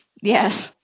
Yes